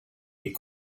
est